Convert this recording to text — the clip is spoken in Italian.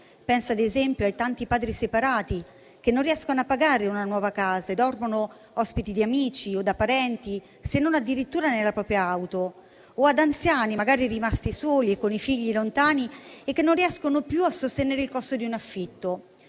Penso, ad esempio, ai tanti padri separati che non riescono a pagare una nuova casa e dormono ospiti di amici o parenti, se non addirittura nella propria auto, oppure ad anziani, magari rimasti soli e con i figli lontani, che non riescono più a sostenere il costo di un affitto.